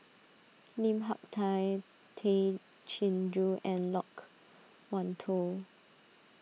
Lim Hak Tai Tay Chin Joo and Loke Wan Tho